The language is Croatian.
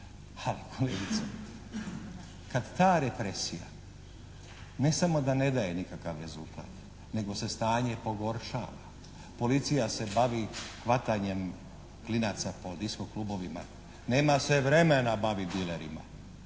Ali kolegice kad ta represija ne samo da ne daje nikakav rezultat, nego se stanje pogoršava, policija se bavi hvatanjem klinaca po disko klubovima, nema se vremena baviti dilerima.